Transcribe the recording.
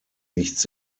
nichts